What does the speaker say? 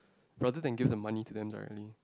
rather than give the money to them directly